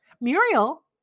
Muriel